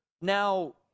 now